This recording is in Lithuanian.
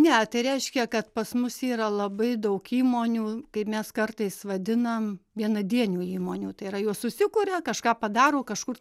ne tai reiškia kad pas mus yra labai daug įmonių kaip mes kartais vadinam vienadienių įmonių tai yra jos susikuria kažką padaro kažkur